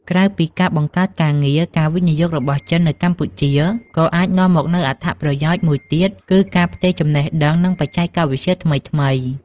ក្រៅពីការបង្កើតការងារ ការវិនិយោគរបស់ចិននៅកម្ពុជាក៏អាចនាំមកនូវអត្ថប្រយោជន៍មួយទៀតគឺការផ្ទេរចំណេះដឹង និងបច្ចេកវិទ្យាថ្មីៗ។